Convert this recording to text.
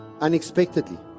unexpectedly